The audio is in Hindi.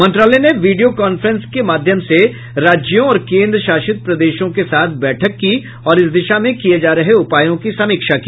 मंत्रालय ने वीडियो कांफ्रेंस के माध्यम से राज्यों और केन्द्रशासित प्रदेशों के साथ बैठक की और इस दिशा में किए जा रहे उपायों की समीक्षा की